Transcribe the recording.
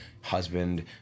husband